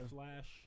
Flash